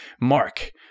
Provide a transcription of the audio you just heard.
Mark